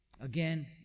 Again